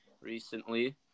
recently